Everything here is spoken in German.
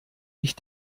ich